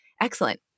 Excellent